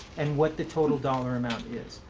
and what the total dollar amount is.